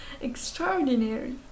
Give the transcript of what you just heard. extraordinary